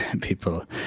people